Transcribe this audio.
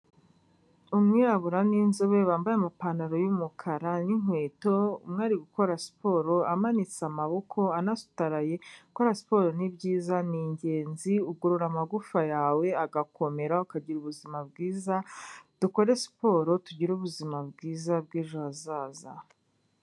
Umwirabura n'inzobe bambaye amapantaro y'umukara n'inkweto, umwe ari gukora siporo, amanitse amaboko, anasutaraye, gukora siporo ni byiza, ni ingenzi, ugorora amagufa yawe, agakomera, ukagira ubuzima bwiza, dukore siporo tugire ubuzima bwiza bw'ejo hazaza.